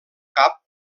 cap